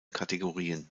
kategorien